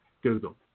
Google